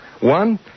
One